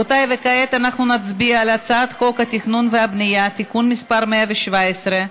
כעת נצביע על הצעת חוק התכנון והבנייה (תיקון מס' 117),